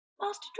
Master